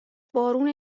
بارون